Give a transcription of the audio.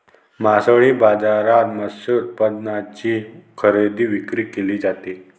मासळी बाजारात मत्स्य उत्पादनांची खरेदी विक्री केली जाते